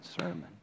sermon